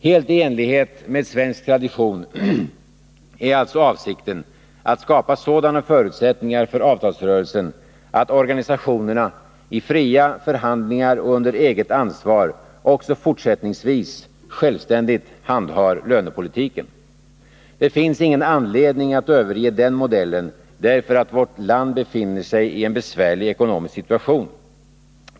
Helt i enlighet med svensk tradition är alltså avsikten att skapa sådana förutsättningar för avtalsrörelsen att organisationerna i fria förhandlingar och under eget ansvar också fortsättningsvis självständigt handhar lönepolitiken. Det finns ingen anledning att överge den modellen därför att vårt land befinner sig i en besvärlig ekonomisk situation.